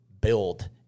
build